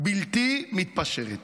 בלתי מתפשרת.